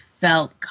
felt